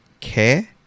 care